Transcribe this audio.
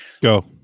Go